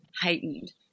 heightened